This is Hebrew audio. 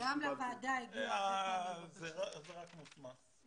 זה רק מוסמס.